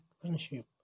Friendship